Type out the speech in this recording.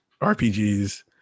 RPGs